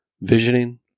visioning